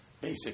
basic